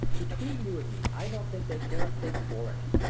between you and me i don't think they care a fig for it.